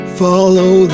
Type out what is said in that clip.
follow